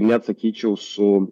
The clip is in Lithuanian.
net sakyčiau su